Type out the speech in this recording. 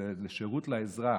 זה שירות לאזרח.